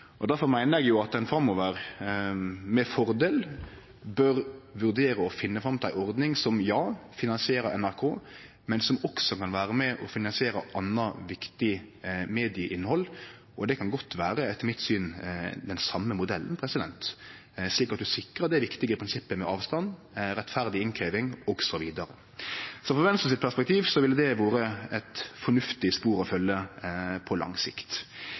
meiner eg at ein framover med fordel bør vurdere å finne fram til ei ordning som finansierer NRK, men som også kan vere med og finansiere anna viktig medieinnhald. Det kan godt, etter mitt syn, vere den same modellen, slik at ein sikrar det viktige prinsippet med avstand, rettferdig innkrevjing, osv. Frå Venstre sitt perspektiv ville det vore eit fornuftig spor å følgje på lang sikt.